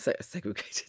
segregated